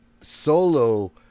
solo